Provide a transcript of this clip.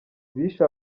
bishe